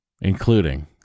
including